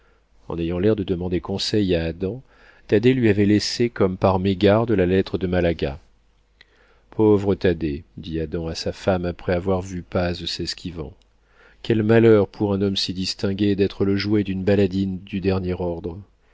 en ayant l'air de demander conseil à adam thaddée lui avait laissé comme par mégarde la lettre de malaga pauvre thaddée dit adam à sa femme après avoir vu paz s'esquivant quel malheur pour un homme si distingué d'être le jouet d'une baladine du dernier ordre